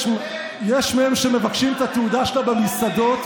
יש מהם שמבקשים את התעודה שלה במסעדות,